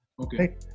Okay